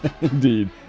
Indeed